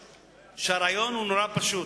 הרעיון הוא נורא פשוט,